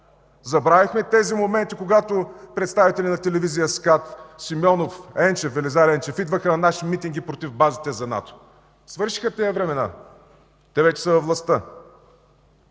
Забравихме тези моменти, когато представители на телевизия СКАТ – Симеонов, Велизар Енчев, идваха на наши митинги против базите за НАТО! Свършиха тези времена! Те вече са във властта.